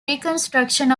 reconstruction